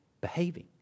behaving